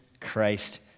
Christ